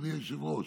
אדוני היושב-ראש,